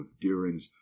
deering's